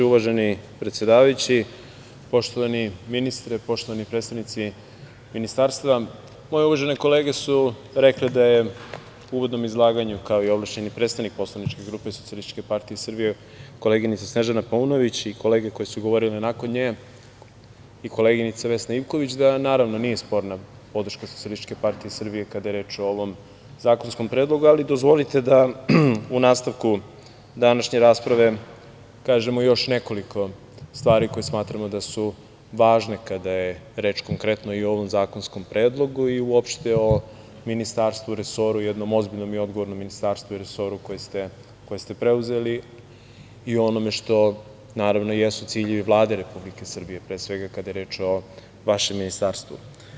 Uvaženi predsedavajući, poštovani ministre, poštovani predstavnici ministarstva, moje uvažene kolege su rekle u uvodnom izlaganju, kao i ovlašćeni predstavnik poslaničke grupe SPS koleginica Snežana Paunović i kolege koje su govorile nakon nje i koleginica Vesna Ivković, da nije sporna podrška SPS kada je reč o ovom zakonskom predlogu, ali dozvolite da u nastavku današnje rasprave kažemo još nekoliko stvari za koje smatramo da su važne kada je reč konkretno i ovom zakonskom predlogu i uopšte o ministarstvu, resoru, jednom ozbiljnom i odgovornom ministarstvu i resoru koji ste preuzeli i o onome što jesu ciljevi Vlade Republike Srbije, pre svega, kada je reč o vašem ministarstvu.